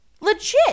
legit